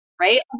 right